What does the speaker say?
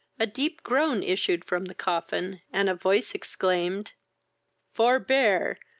a deep groan issued from the coffin, and a voice exclaimed forbear,